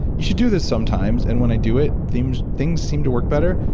you should do this sometimes, and when i do it, things things seem to work better.